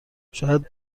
شاید